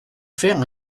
faire